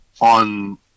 on